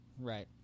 Right